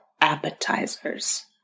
appetizers